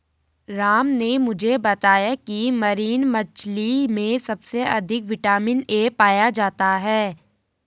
राम ने मुझे बताया की मरीन मछली में सबसे अधिक विटामिन ए पाया जाता है